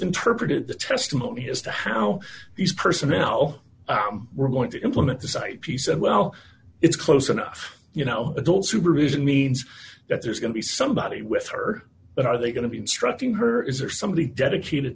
interpreted the testimony as to how these personnel were going to implement the site she said well it's close enough you know adult supervision means that there's going to be somebody with her but are they going to be instructing her is there somebody dedicated